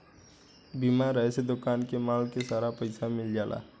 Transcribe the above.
बीमा रहे से दोकान के माल के सारा पइसा मिल जाला